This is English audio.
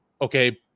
okay